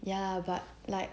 ya but like